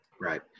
right